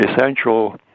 essential